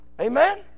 Amen